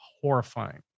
horrifying